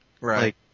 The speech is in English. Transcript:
Right